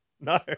No